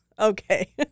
Okay